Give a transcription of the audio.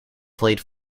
played